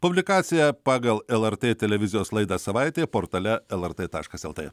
publikacija pagal lrt televizijos laida savaitė portale lrt taškas lt